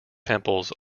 temples